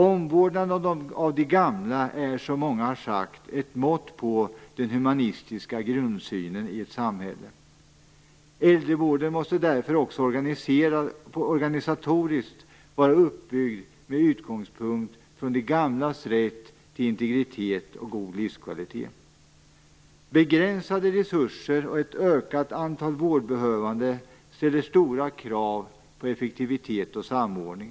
Omvårdnaden av de gamla är, som många har sagt, ett mått på den humanistiska grundsynen i ett samhälle. Äldrevården måste därför också organisatoriskt vara uppbyggd med utgångspunkt från de gamlas rätt till integritet och god livskvalitet. Begränsade resurser och ett ökat antal vårdbehövande ställer stora krav på effektivitet och samordning.